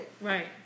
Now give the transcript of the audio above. Right